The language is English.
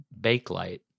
Bakelite